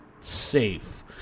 safe